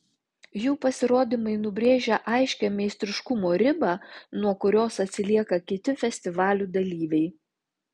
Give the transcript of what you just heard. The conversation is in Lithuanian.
jų pasirodymai nubrėžia aiškią meistriškumo ribą nuo kurios atsilieka kiti festivalių dalyviai